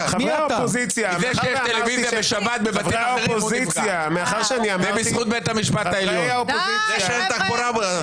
--- זה שיש טלוויזיה בשבת זה בזכות בית המשפט העליון --- די חבר'ה.